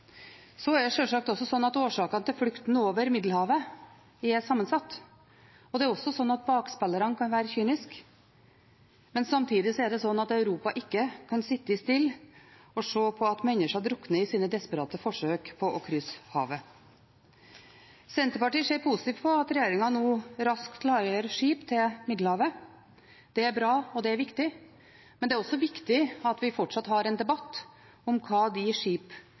Så er det sjølsagt også slik at årsakene til flukten over Middelhavet er sammensatte, og bakspillerne kan være kyniske. Men samtidig kan ikke Europa sitte stille og se på at mennesker drukner i sine desperate forsøk på å krysse havet. Senterpartiet ser positivt på at regjeringen nå raskt klargjør skip til Middelhavet. Det er bra, og det er viktig. Men det er også viktig at vi fortsatt har en debatt om hva de